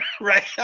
right